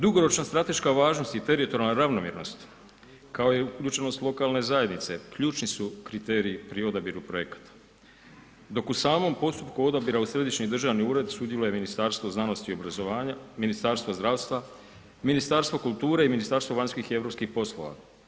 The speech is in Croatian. Dugoročna strateška važnost i teritorijalna ravnomjernost kao i uključenost lokalne zajednice, ključni su kriteriji pri odabiru projekata dok u samom postupku odabira uz Središnji državni ured sudjeluje Ministarstvo znanosti i obrazovanja, Ministarstvo zdravstva, Ministarstvo kulture i Ministarstvo vanjskih i europskih poslova.